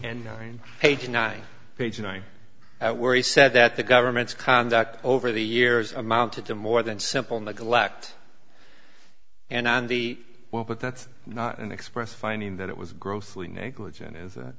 page nine page nine that where he said that the government's conduct over the years amounted to more than simple neglect and the well but that's not an express finding that it was grossly negligent